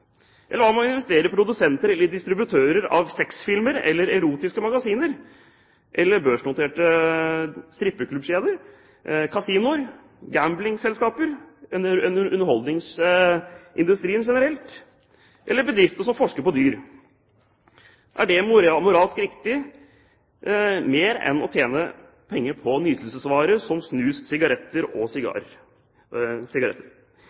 Eller hva med å investere i produsenter eller distributører av sexfilmer eller erotiske magasiner eller børsnoterte strippeklubbkjeder? Hva med kasinoer, gamblingselskaper eller underholdningsindustrien generelt? Eller hva med bedrifter som forsker på dyr? Er det moralsk riktig, mer riktig enn å tjene penger på nytelsesmidler som snus, sigaretter og